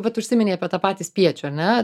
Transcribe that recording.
vat užsiminei apie tą patį spiečių ar ne